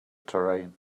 terrain